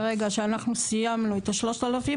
ברגע שאנחנו סיימנו את ה-3,000,